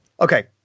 Okay